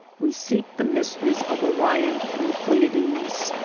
we seek the mysteries of orion and the pleiades.